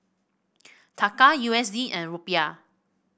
Taka U S D and Rupiah